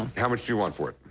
how much do you want for it?